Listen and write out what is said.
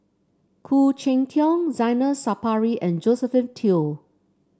Khoo Cheng Tiong Zainal Sapari and Josephine Teo